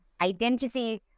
identity